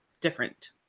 different